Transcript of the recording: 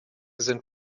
sind